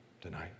tonight